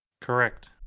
Correct